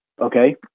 okay